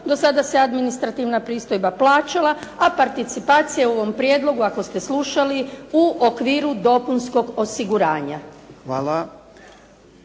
Do sada se administrativna pristojba plaćala a participacija u ovom prijedlogu ako ste slušali u okviru dopunskog osiguranja.